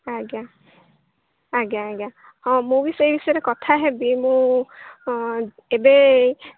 ଆଜ୍ଞା ଆଜ୍ଞା ଆଜ୍ଞା ହଁ ମୁଁ ବି ସେଇ ବିଷୟରେ କଥା ହେବି ମୁଁ ଏବେ